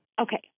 Okay